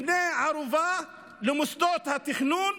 כבני ערובה של מוסדות התכנון.